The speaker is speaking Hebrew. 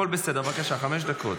בבקשה, חמש דקות.